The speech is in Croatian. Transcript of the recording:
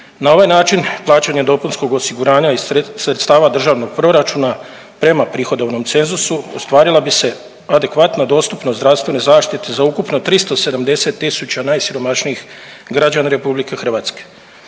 Na ovaj način plaćanje dopunskog osiguranja iz sredstava državnog proračuna prema prihodovnom cenzusu ostvarila bi se adekvatna dostupnost zdravstvene zaštite za ukupno 370 000 najsiromašnijih građana Republike Hrvatske.